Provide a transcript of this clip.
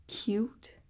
Cute